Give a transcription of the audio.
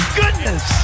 goodness